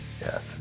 Yes